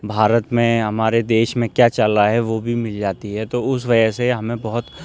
ہمارے بھارت میں ہمارے دیش میں کیا چل رہا ہے وہ بھی مل جاتی ہے تو اس وجہ سے ہمیں بہت